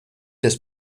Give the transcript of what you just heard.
das